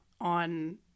on